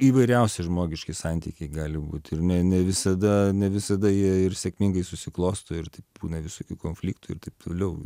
įvairiausi žmogiški santykiai gali būt ir ne ne visada ne visada jie ir sėkmingai susiklosto ir tai būna visokių konfliktų ir taip toliau